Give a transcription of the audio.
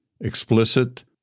explicit